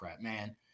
man